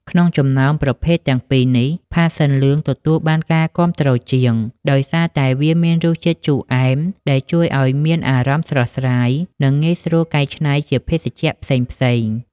ក្នុងចំណោមប្រភេទទាំងពីរនេះ ផាសសិនលឿង ទទួលបានការគាំទ្រជាងគេ ដោយសារតែវាមានរសជាតិជូរអែមដែលជួយឲ្យមានអារម្មណ៍ស្រស់ស្រាយ និងងាយស្រួលកែច្នៃជាភេសជ្ជៈផ្សេងៗ។